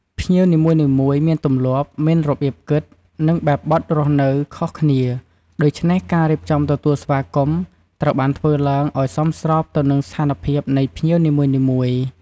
ភ្ញៀវនីមួយៗមានទម្លាប់ មានរបៀបគិត និងបែបបទរស់នៅខុសគ្នា ដូច្នេះការរៀបចំទទួលស្វាគមន៍ត្រូវបានធ្វើឡើងឱ្យសមស្របទៅនឹងស្ថានភាពនៃភ្ញៀវនីមួយៗ។